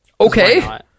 Okay